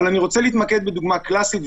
אני רוצה להתמקד בדוגמה קלאסית,